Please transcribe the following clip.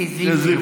סיזיפי.